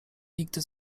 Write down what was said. nigdy